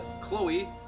Chloe